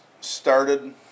started